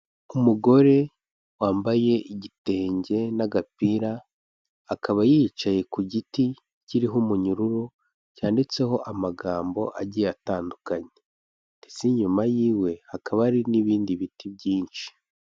Umugore wambaye igitenge n'agapira akaba yicaye ku giti kiriho umunyururu, cyanditseho amagambo agiye atandukanye, ndetse inyuma y'iwe hakaba hari n'ibindi biti byinshi.